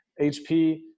HP